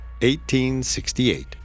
1868